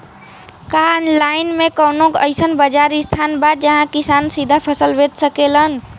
का आनलाइन मे कौनो अइसन बाजार स्थान बा जहाँ किसान सीधा फसल बेच सकेलन?